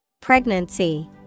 Pregnancy